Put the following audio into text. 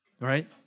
Right